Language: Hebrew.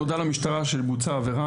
נודע למשטרה שבוצע עבירה,